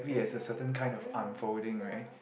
mmhmm mmhmm yeah